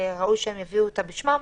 וראוי שהם יביאו אותה בשמם